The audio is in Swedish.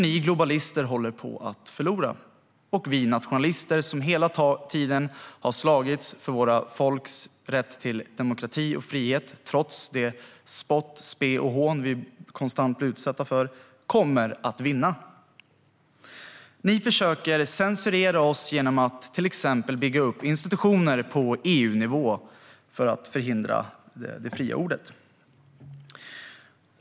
Ni globalister håller nämligen på att förlora, och vi nationalister - som hela tiden har slagits för våra folks rätt till demokrati och frihet, trots det spott, spe och hån vi konstant blir utsatta för - kommer att vinna. Ni försöker censurera oss genom att till exempel bygga upp institutioner på EU-nivå för att förhindra det fria ordet.